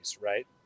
right